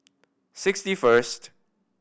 sixty third